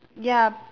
ya